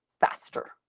faster